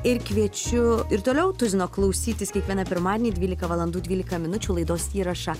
ir kviečiu ir toliau tuzino klausytis kiekvieną pirmadienį dvylika valandų dvylika minučių laidos įrašą